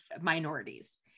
minorities